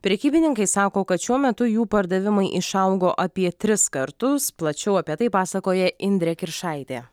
prekybininkai sako kad šiuo metu jų pardavimai išaugo apie tris kartus plačiau apie tai pasakoja indrė kiršaitė